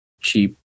cheap